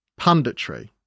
punditry